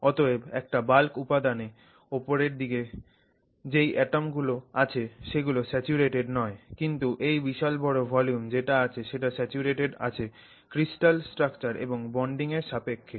অতএব একটা বাল্ক উপাদানে ওপরের দিকে যেই অ্যাটম গুলো আছে সেগুলো স্যাচুরেটেড নয় কিন্তু এই বিশাল বড় ভলিউম যেটা আছে সেটা স্যাচুরেটেড আছে ক্রিস্টাল স্ট্রাকচার এবং বন্ডিং এর সাপেক্ষে